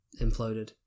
imploded